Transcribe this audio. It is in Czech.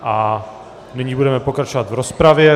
A nyní budeme pokračovat v rozpravě.